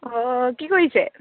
অঁ কি কৰিছে